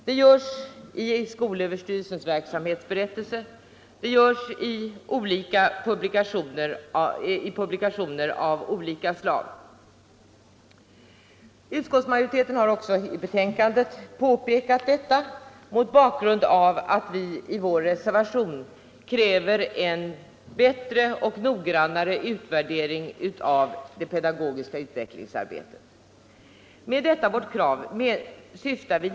Det görs i skolöverstyrelsens verksamhetsberättelse, det görs i publikationer av olika slag. Utskottsmajoriteten har i betänkandet påpekat detta mot bakgrund av kravet i motionen 816 på en bättre och noggrannare utvärdering av det pedagogiska utvecklingsarbetet — ett krav som vi har fullföljt i reservationen 3.